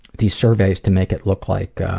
these surveys to make it look like,